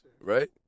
Right